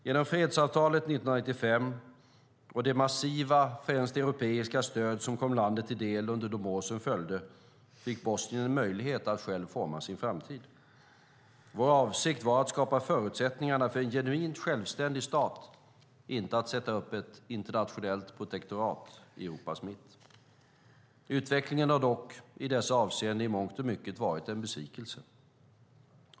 Genom fredsavtalet 1995 och det massiva, främst europeiska, stöd som kom landet till del under de år som följde fick Bosnien en möjlighet att självt forma sin framtid. Vår avsikt var att skapa förutsättningarna för en genuint självständig stat, inte att sätta upp ett internationellt protektorat i Europas mitt. Utvecklingen har dock i dessa avseenden i mångt och mycket varit en besvikelse.